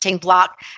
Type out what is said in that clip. block